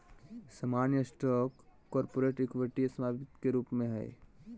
सामान्य stock corporate equity स्वामित्व के एक रूप हय